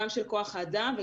של כוח האדם,